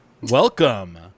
Welcome